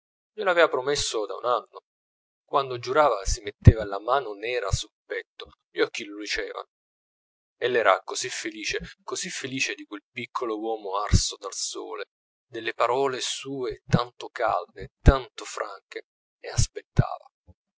glielo aveva promesso da un anno quando giurava si metteva la mano nera sul petto gli occhi lucevano ell'era così felice così felice di quel piccolo uomo arso dal sole delle parole sue tanto calde tanto franche e aspettava